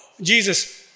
Jesus